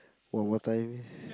one more time